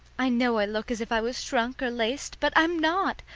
i know i look as if i was shrunk or laced, but i'm not!